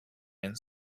and